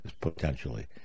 potentially